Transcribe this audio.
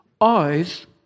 eyes